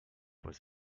was